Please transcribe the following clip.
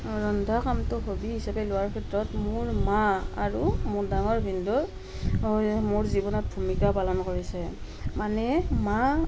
ৰন্ধা কামটো হবি হিচাপে লোৱাৰ ক্ষেত্ৰত মোৰ মা আৰু মোৰ ডাঙৰ ভিনদেউ মোৰ মোৰ জীৱনত ভূমিকা পালন কৰিছে মানে মা